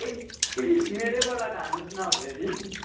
मैरेबाट खानु होस् न फेरि